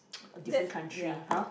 a different country !huh!